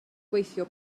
gweithio